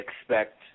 expect